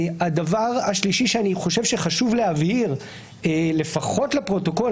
הדבר השלישי שאני חושב שחשוב להבהיר לפחות לפרוטוקול,